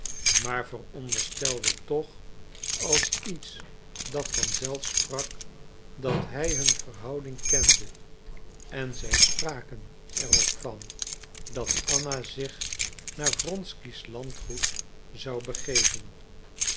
maar veronderstelde toch als iets dat van zelf sprak dat hij hun verhouding kende en zij spraken er ook van dat anna zich naar wronsky's landgoed zou begeven